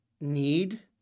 need